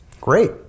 Great